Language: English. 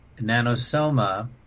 nanosoma